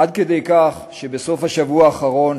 עד כדי כך שבסוף השבוע האחרון